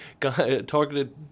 targeted